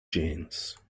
jeans